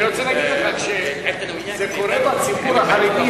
אני רוצה להגיד לך: כשזה קורה בציבור החרדי,